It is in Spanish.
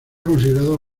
considerado